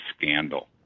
scandal